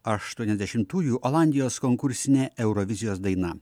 aštuoniasdešimtųjų olandijos konkursinė eurovizijos daina